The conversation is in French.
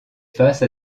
face